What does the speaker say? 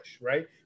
right